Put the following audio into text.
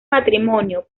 matrimonio